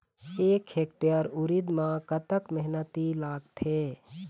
एक हेक्टेयर उरीद म कतक मेहनती लागथे?